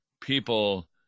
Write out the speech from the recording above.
people